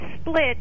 split